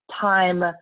time